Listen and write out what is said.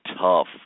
tough